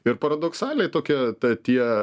ir paradoksaliai tokie ta tie